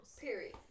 Period